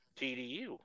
TDU